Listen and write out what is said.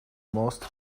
most